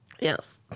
Yes